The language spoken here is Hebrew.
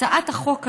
הצעת החוק הזאת,